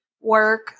work